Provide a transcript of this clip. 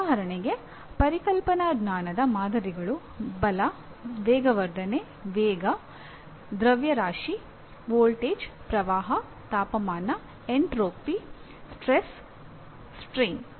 ಉದಾಹರಣೆಗೆ ಪರಿಕಲ್ಪನಾ ಜ್ಞಾನದ ಮಾದರಿಗಳು ಬಲ ವೇಗವರ್ಧನೆ ವೇಗ ದ್ರವ್ಯರಾಶಿ ವೋಲ್ಟೇಜ್ ಪ್ರವಾಹ ತಾಪಮಾನ ಎಂಟ್ರೊಪಿ ಸ್ಟ್ರೆಸ್ ಸ್ಟ್ರೆನ್